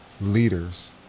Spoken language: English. leaders